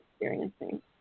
experiencing